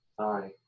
Sorry